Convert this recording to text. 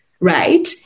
Right